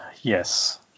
Yes